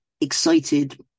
excited